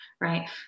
right